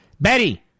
Betty